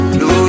no